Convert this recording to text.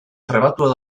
trebatuak